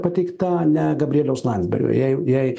pateikta ne gabrieliaus landsbergio jei jei